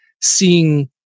seeing